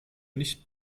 nicht